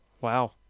Wow